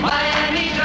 Miami